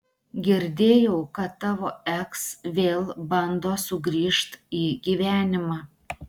girdėjau kad tavo eks vėl bando sugrįžt į gyvenimą